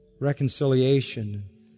reconciliation